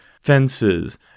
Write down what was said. fences